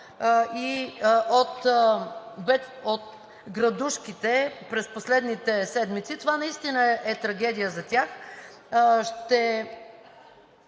и от градушките през последните седмици. Това наистина е трагедия за тях. Ще